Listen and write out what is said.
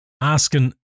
asking